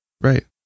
Right